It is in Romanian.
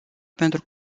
pentru